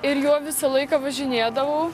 ir juo visą laiką važinėdavau